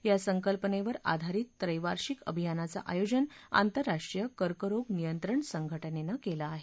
या संकल्पनेवर आधारित त्रैवार्षिक अभियानांचं आयोजन आंतरराष्ट्रीय कर्करोग नियंत्रण संघटनेनं केलं आहे